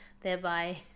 thereby